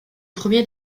premier